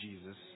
Jesus